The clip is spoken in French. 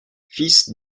fils